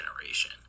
generation